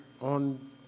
on